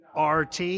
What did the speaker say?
RT